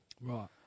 right